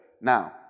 Now